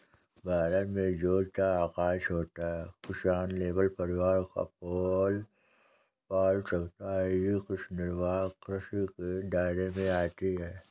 भारत में जोत का आकर छोटा है, किसान केवल परिवार को पाल सकता है ये कृषि निर्वाह कृषि के दायरे में आती है